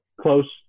close